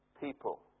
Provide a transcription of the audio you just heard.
people